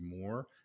more